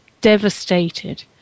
devastated